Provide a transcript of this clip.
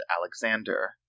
alexander